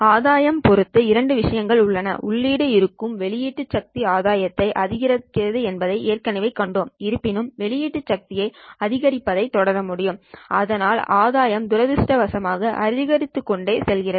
ஆதாயம் பொறுத்து இரண்டு விஷயங்கள் உள்ளன உள்ளீடு இருக்கும் வெளியீட்டு சக்தி ஆதாயத்தை அதிகரிக்கிறது என்பதை ஏற்கனவே கண்டோம் இருப்பினும் வெளியீட்டு சக்தியை அதிகரிப்பதைத் தொடர முடியும் அதனால் ஆதாயம் துரதிர்ஷ்டவசமாக அதிகரித்துக்கொண்டே செல்கிறது